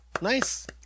Nice